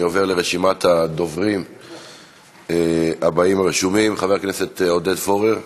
אני עובר לרשימת הדוברים הבאים הרשומים: חבר הכנסת עודד פורר.